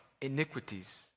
iniquities